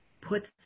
puts